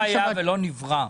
לא היה ולא נברא.